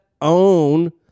Own